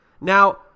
Now